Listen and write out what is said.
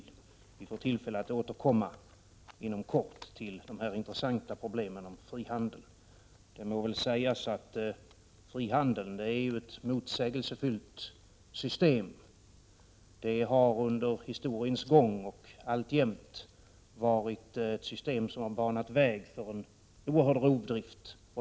Vi får inom kort tillfälle att återkomma till de intressanta problemen kring frihandeln. Det må väl sägas att frihandeln är ett motsägelsefullt system. Det har under historiens gång banat väg för en oerhörd rovdrift och ett oerhört förtryck — och gör så fortfarande.